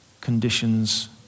conditions